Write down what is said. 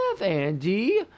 Andy